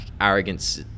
Arrogance